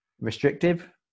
restrictive